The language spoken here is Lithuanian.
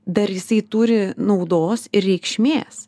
dar jisai turi naudos ir reikšmės